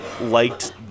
liked